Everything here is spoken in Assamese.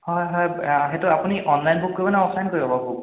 হয় হয় সেইটো আপুনি অনলাইন বুক কৰিবনে অফলাইন কৰিব বাৰু বুক